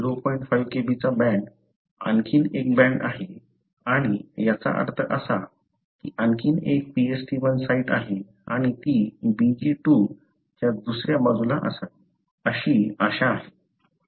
5 Kb चा आणखी एक बँड आहे आणि याचा अर्थ असा की आणखी एक PstI साइट आहे आणि ती BglI च्या दुसऱ्या बाजूला असावी अशी आशा आहे